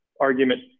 argument